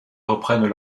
reprennent